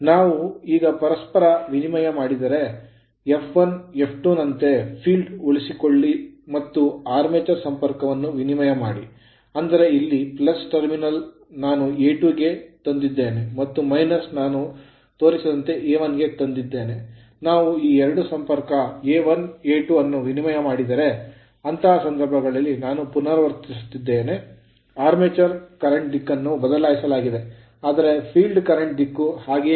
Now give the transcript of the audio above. ನಾವು ಈಗ ಪರಸ್ಪರ ವಿನಿಮಯ ಮಾಡಿದರೆ F1 F2 ನಂತೆ field ಕ್ಷೇತ್ರವ ನ್ನು ಉಳಿಸಿಕೊಳ್ಳಿ ಮತ್ತು armature ಆರ್ಮೇಚರ್ ಸಂಪರ್ಕವನ್ನು ವಿನಿಮಯ ಮಾಡಿ ಅಂದರೆ ಇಲ್ಲಿ terminal ಟರ್ಮಿನಲ್ ನಾನು A2 ಗೆ ತಂದಿದ್ದೇನೆ ಮತ್ತು ನಾನು ತೋರಿಸಿದಂತೆ A1 ಗೆ ತಂದಿದ್ದೇನೆ ನಾವು ಈ 2 ಸಂಪರ್ಕ A1 A2 ಅನ್ನು ವಿನಿಮಯ ಮಾಡಿದ್ದೇವೆ ಅಂತಹ ಸಂದರ್ಭದಲ್ಲಿ ನಾನು ಪುನರಾವರ್ತಿಸುತ್ತಿದ್ದೇನೆ armature ಆರ್ಮೇಚರ್ ಕರೆಂಟ್ ದಿಕ್ಕನ್ನು ಬದಲಾಯಿಸಲಾಗಿದೆ ಆದರೆ field ಕ್ಷೇತ್ರ current ಕರೆಂಟ್ ದಿಕ್ಕು ಹಾಗೆಯೇ ಇದೆ